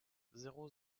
zéro